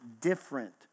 different